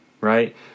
right